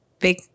big